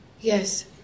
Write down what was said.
Yes